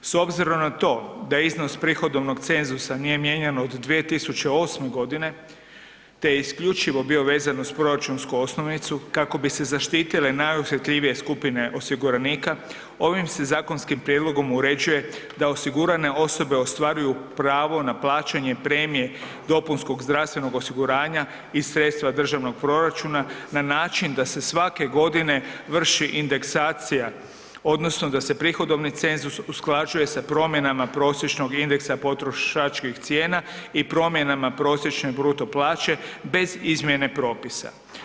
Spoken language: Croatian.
S obzirom na to da je iznos prihodovnog cenzusa nije mijenjan od 2008. g. te je isključivo bio vezan uz proračunsku osnovicu kako bi se zaštitile najosjetljivije skupine osiguranika, ovim se zakonskim prijedlogom uređuje da osigurane osobe ostvaruju pravo na plaćanje premije dopunskog zdravstvenog osiguranja iz sredstva državnog proračuna na način da se svake godine vrši indeksacija odnosno da se prihodovni cenzus usklađuje sa promjenama prosječnog indeksa potrošačkih cijena i promjenama prosječne bruto plaće bez izmjene propisa.